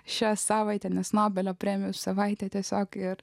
šią savaitę nes nobelio premijų savaitė tiesiog ir